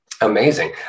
Amazing